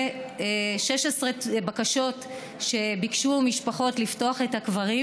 16 בקשות שביקשו משפחות לפתוח את הקברים,